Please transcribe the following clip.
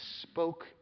spoke